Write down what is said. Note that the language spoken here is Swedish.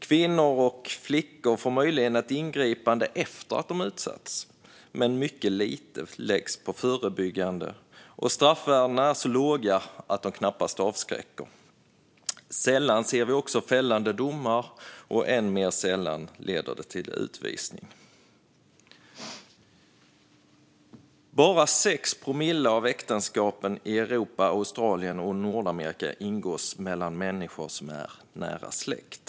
Kvinnor och flickor får möjlighet till ett ingripande efter att de har utsatts, men mycket lite läggs på det förebyggande. Och straffvärdena är så låga att de knappast avskräcker. Sällan ser vi fällande domar, och än mer sällan leder de till utvisning. Bara 6 promille av äktenskapen i Europa, Australien och Nordamerika ingås mellan människor som är nära släkt.